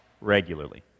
regularly